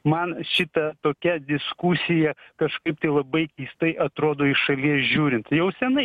man šita tokia diskusija kažkaip tai labai keistai atrodo iš šalies žiūrint jau senai